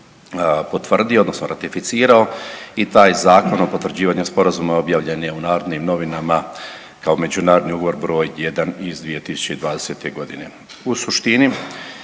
potvrdio odnosno ratificirao i taj Zakon o potvrđivanju sporazuma objavljen je u Narodnim novinama kao međunarodni ugovor broj jedan iz 2020.g. U suštini